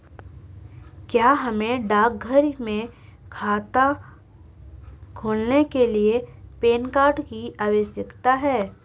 क्या हमें डाकघर में खाता खोलने के लिए पैन कार्ड की आवश्यकता है?